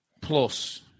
plus